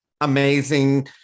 amazing